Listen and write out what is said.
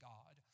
God